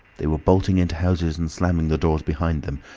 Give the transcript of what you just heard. they were bolting into houses and slamming the doors behind them,